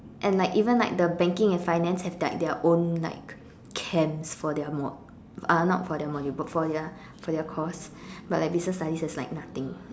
and like even like the banking and finance have like their own like camps for their mod uh not for their module but for their for their course but like business studies has nothing